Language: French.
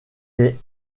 les